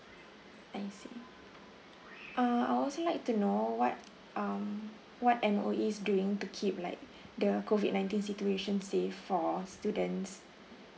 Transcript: I see uh I'd also like to know what um what M_O_E doing to keep like the COVID nineteen situation safe for students